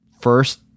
first